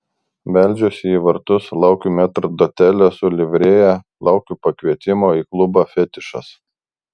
beldžiuosi į vartus laukiu metrdotelio su livrėja laukiu pakvietimo į klubą fetišas